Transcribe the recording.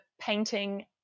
painting